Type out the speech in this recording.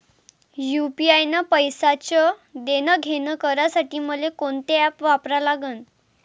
UPI न पैशाचं देणंघेणं करासाठी मले कोनते ॲप वापरा लागन?